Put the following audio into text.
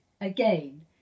Again